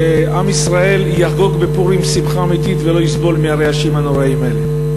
שעם ישראל יחגוג בפורים שמחה אמיתית ולא יסבול מהרעשים הנוראיים האלה?